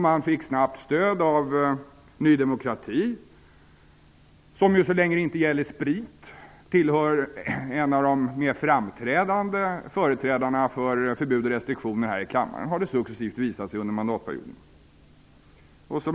Man fick snabbt stöd av Ny demokrati, som ju så länge det inte gäller sprit är en av de mer framträdande företrädarna för förbud och restriktioner här i kammaren, har det successivt under mandatperioden visat sig.